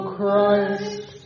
Christ